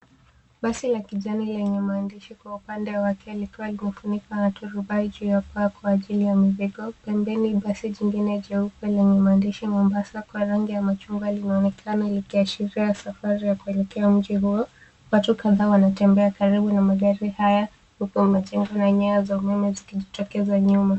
Basi la kijani lenye maandishi kwa upande wake likiwa limefunikwa na turubai juu ya paa kwa ajili ya mizingo. Pembeni basi jingine jeupe lenye maandishi, Mombasa, kwa rangi ya machungwa linaonekana likiashiria safari ya kuelekea mji huo. Watu kadhaa wanatembea karibu na magari haya huku majengo na nyaya za umeme zikijitokeza nyuma.